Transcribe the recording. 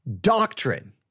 doctrine